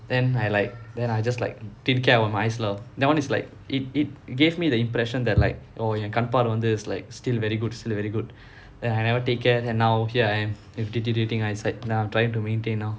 then I like then I just like didn't care about my eyes lah that one is like it it gave me the impression that like oh என் கண் பார்வை வந்து:en kann paarvai vanthu like still very good very good and I never take care and now here I am with deteriorating eyesight now I'm trying to maintain now